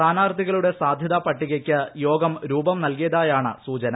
സ്ഥാനാർത്ഥികളുടെ സാധ്യത പട്ടികയ്ക്ക് യോഗം രൂപം നൽകിയതായാണ് സൂചന